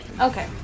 Okay